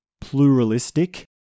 pluralistic